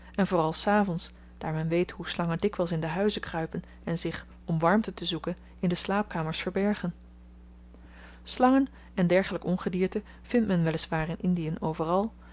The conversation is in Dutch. en vooral s avends daar men weet hoe slangen dikwyls in de huizen kruipen en zich om warmte te zoeken in de slaapkamers verbergen slangen en dergelyk ongedierte vindt men wel is waar in indiën overal